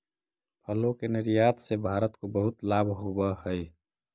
फलों के निर्यात से भारत को बहुत लाभ होवअ हई